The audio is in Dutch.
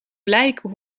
blijken